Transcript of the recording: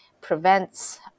prevents